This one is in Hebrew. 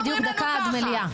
יש לך בדיוק דקה עד המליאה.